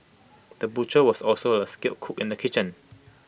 the butcher was also A skilled cook in the kitchen